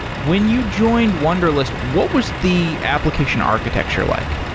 when you joined wunderlist, what was the application architecture like?